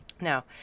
now